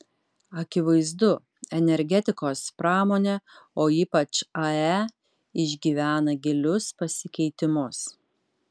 akivaizdu energetikos pramonė o ypač ae išgyvena gilius pasikeitimus